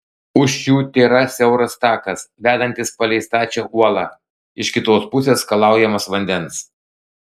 už šių tėra siauras takas vedantis palei stačią uolą iš kitos pusės skalaujamas vandens